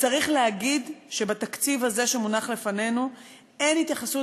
וצריך להגיד שבתקציב הזה שמונח לפנינו אין התייחסות